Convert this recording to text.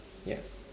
ya